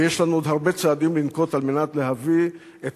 ויש לנו עוד הרבה צעדים לנקוט על מנת להביא את